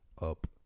up